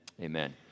amen